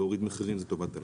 להוריד מחירים זה טובת הלקוח,